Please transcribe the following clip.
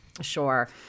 Sure